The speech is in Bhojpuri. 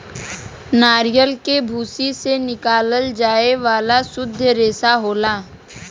नरियल के भूसी से निकालल जाये वाला सुद्ध रेसा होला